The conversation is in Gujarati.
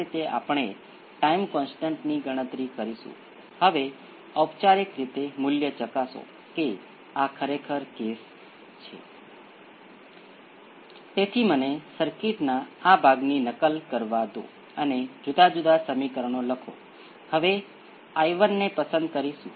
આપણે પહેલાથી જ બીજા ક્રમના સમીકરણનો ઉકેલ શોધી કાઢ્યો છે હું તેને પ્રથમ ઓર્ડર કેસ સાથે જોડવાનો પ્રયાસ કરી રહ્યો છું